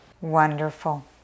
wonderful